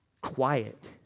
quiet